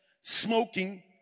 smoking